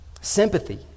sympathy